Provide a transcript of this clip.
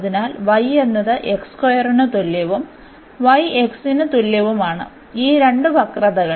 അതിനാൽ y എന്നത് ന് തുല്യവും y x ന് തുല്യവുമാണ് ഈ രണ്ട് വക്രതകൾ